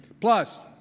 Plus